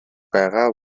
байгаа